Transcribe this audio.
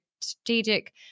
strategic